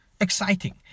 exciting